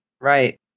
Right